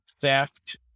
theft